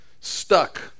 stuck